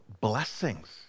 blessings